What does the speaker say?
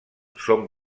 són